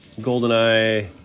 GoldenEye